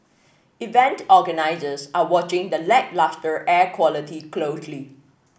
event organisers are watching the lacklustre air quality closely